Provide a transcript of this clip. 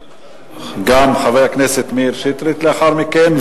וגם חבר הכנסת מאיר שטרית לאחר מכן.